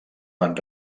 van